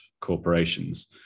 corporations